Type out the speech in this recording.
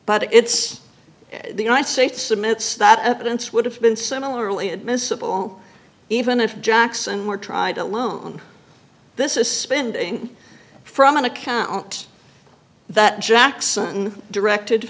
but it's the united states admits that evidence would have been similarly admissible even if jackson were tried alone this is spending from an account that jackson directed